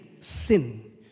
sin